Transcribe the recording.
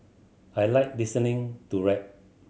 I like listening to rap